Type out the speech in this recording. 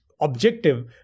objective